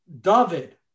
David